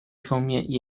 方面